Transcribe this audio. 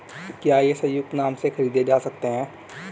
क्या ये संयुक्त नाम से खरीदे जा सकते हैं?